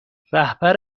رهبر